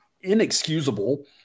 inexcusable